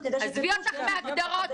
עזבי אותך מהגדרות.